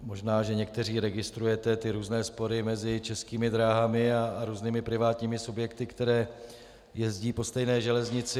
Možná někteří registrujete různé spory mezi Českými dráhami a různými privátními subjekty, které jezdí po stejné železnici.